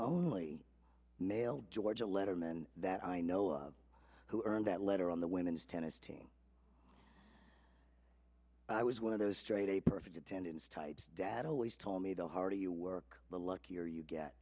only male ga letterman that i know of who earned that letter on the women's tennis team i was one of those straight a perfect attendance types dad always told me the harder you work the luckier you get